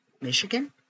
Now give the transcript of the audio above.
Michigan